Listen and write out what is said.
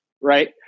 right